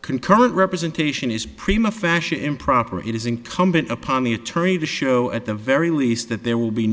concurrent representation is prima fashion improper it is incumbent upon the attorney to show at the very least that there will be